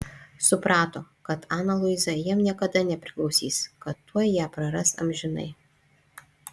suprato kad ana luiza jam niekada nepriklausys kad tuoj ją praras amžinai